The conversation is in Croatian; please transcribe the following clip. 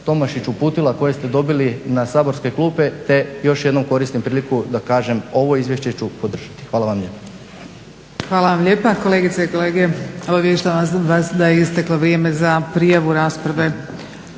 Tomašić uputila, koje ste dobili na saborske klupe, te još jednom koristim priliku da kažem ovo izvješće ću podržati. Hvala vam lijepo. **Kosor, Jadranka (HDZ)** Hvala vam lijepa kolegice i kolege. Obavještavala sam vas da je isteklo vrijeme za prijavu rasprave,